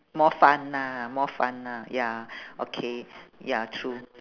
more fun lah more fun lah ya okay ya true